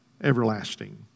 everlasting